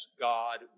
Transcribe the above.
God